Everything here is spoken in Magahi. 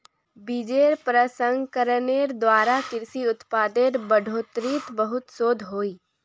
बिजेर प्रसंस्करनेर द्वारा कृषि उत्पादेर बढ़ोतरीत बहुत शोध होइए